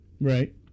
Right